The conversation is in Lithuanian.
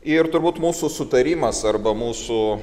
ir turbūt mūsų sutarimas arba mūsų